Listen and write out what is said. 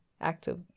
active